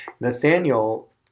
nathaniel